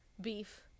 beef